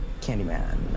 Candyman